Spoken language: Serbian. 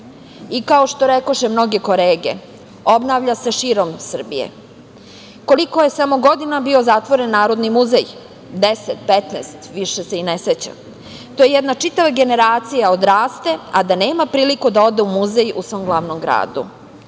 i kao što rekoše mnoge kolege – obnavlja se širom Srbije. Koliko je samo godina bio zatvoren Narodni muzej? Deset, 15, više se i ne sećam. Jedna čitava generacija odrasta, a nema priliku da ode u muzej u svom glavnom gradu.